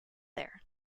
there